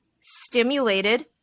stimulated